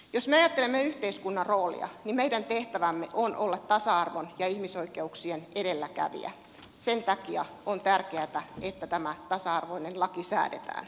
jos me ajattelemme yhteiskunnan roolia niin meidän tehtävämme on olla tasa arvon ja ihmisoikeuksien edelläkävijä ja sen takia on tärkeätä että tämä tasa arvoinen laki säädetään